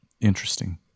interesting